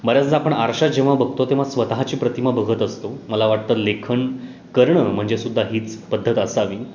बऱ्याचदा आपण आरशात जेव्हा बघतो तेव्हा स्वतःची प्रतिमा बघत असतो मला वाटतं लेखन करणं म्हणजे सुद्धा हीच पद्धत असावी